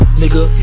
nigga